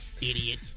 Idiot